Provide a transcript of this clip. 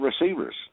receivers